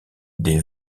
des